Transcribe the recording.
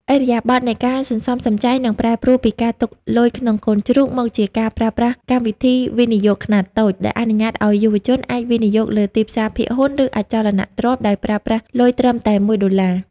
ឥរិយាបថនៃការសន្សំសំចៃនឹងប្រែប្រួលពីការទុកលុយក្នុងកូនជ្រូក មកជាការប្រើប្រាស់ "កម្មវិធីវិនិយោគខ្នាតតូច" ដែលអនុញ្ញាតឱ្យយុវជនអាចវិនិយោគលើទីផ្សារភាគហ៊ុន ឬអចលនទ្រព្យដោយប្រើប្រាស់លុយត្រឹមតែ ១ ដុល្លារ។